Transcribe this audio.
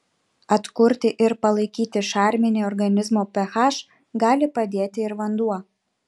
atkurti ir palaikyti šarminį organizmo ph gali padėti ir vanduo